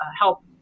help